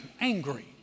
angry